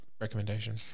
recommendation